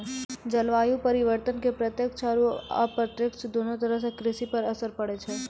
जलवायु परिवर्तन के प्रत्यक्ष आरो अप्रत्यक्ष दोनों तरह सॅ कृषि पर असर पड़ै छै